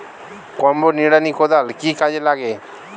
Combo নিড়ানি কোদাল কি কাজে লাগে?